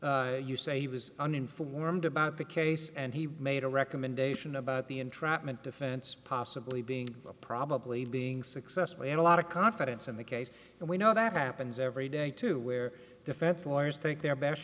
pate you say he was uninformed about the case and he made a recommendation about the entrapment defense possibly being a probably being successful and a lot of confidence in the case and we know that happens every day too where defense lawyers think their best